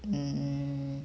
mm